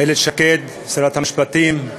איילת שקד שרת המשפטים,